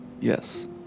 Yes